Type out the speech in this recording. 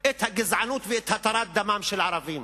את הגזענות ואת התרת דמם של ערבים.